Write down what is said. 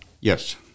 Yes